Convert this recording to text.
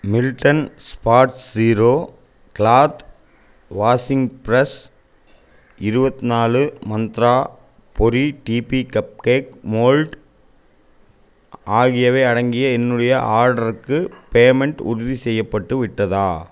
Milton Spotzero cloth washing brush இருபத்னாலு மந்த்ரா பொரி டிபி கப் கேக் மோல்ட் ஆகியவை அடங்கிய என்னுடைய ஆர்டர்க்கு பேமெண்ட் உறுதிசெய்யப்பட்டு விட்டதா